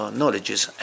knowledges